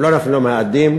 הם לא נפלו מהמאדים.